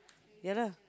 ya lah